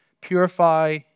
purify